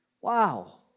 Wow